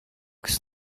kas